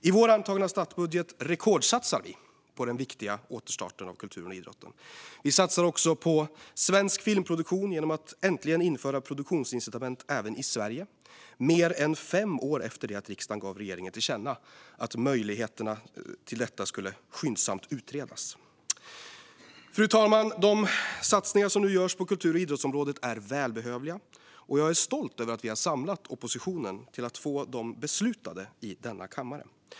I vår antagna statsbudget rekordsatsar vi på den viktiga återstarten av kulturen och idrotten. Vi satsar också på svensk filmproduktion genom att äntligen införa produktionsincitament även i Sverige, mer än fem år efter det att riksdagen gav regeringen till känna att möjligheterna till detta skyndsamt skulle utredas. Fru talman! De satsningar som nu görs på kultur och idrottsområdet är välbehövliga, och jag är stolt över att vi har samlat oppositionen till att få dem beslutade i denna kammare.